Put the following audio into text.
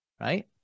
Right